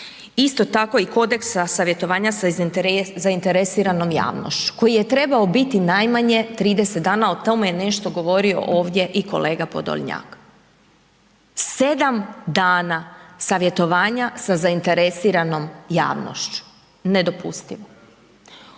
isto tako i Kodeksa savjetovanja sa zainteresiranom javnošću koji je trebao biti najmanje 30 dana, o tome je nešto govorio ovdje i kolega Podolnjak. Sedam dana savjetovanja sa zainteresiranom javnošću. Nedopustivo.